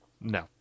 No